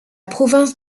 province